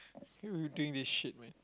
can't believe we doing this shit man